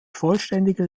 vollständige